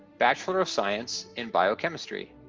bachelor of science in biochemistry.